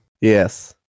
Yes